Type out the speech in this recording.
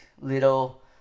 little